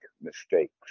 mistakes